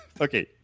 Okay